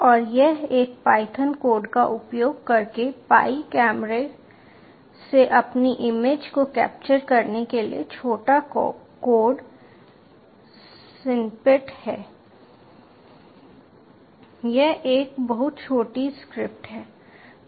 और यह एक पायथन कोड का उपयोग करके पाई कैमरे से अपनी इमेज को कैप्चर करने के लिए छोटा कोड स्निपेट है यह एक बहुत छोटी स्क्रिप्ट है